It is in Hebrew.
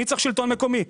מי צריך שלטון מקומי?